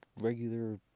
regular